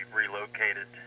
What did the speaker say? relocated